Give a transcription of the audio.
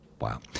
Wow